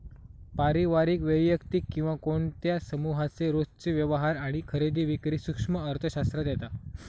पारिवारिक, वैयक्तिक किंवा कोणत्या समुहाचे रोजचे व्यवहार आणि खरेदी विक्री सूक्ष्म अर्थशास्त्रात येता